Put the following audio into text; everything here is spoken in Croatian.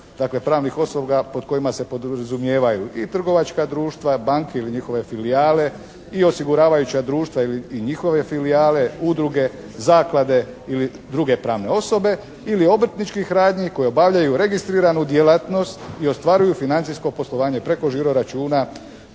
pravnih osoba pod kojima se podrazumijevaju i trgovačka društva, banke ili njihove filijale i, osiguravajuća društva i njihove filijale, udruge, zaklade ili druge pravne osobe ili obrtničkih radnji koje obavljaju registriranu djelatnost i ostvaruju financijsko poslovanje preko žiro računa,